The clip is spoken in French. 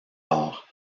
arts